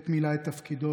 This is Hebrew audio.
עת מילא את תפקידו,